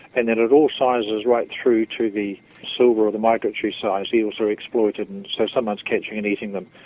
and then at all sizes, right through to the silver or the migratory size, eels are exploited, and so someone is catching them and eating them.